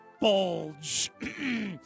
bulge